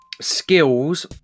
skills